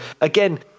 again